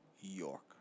York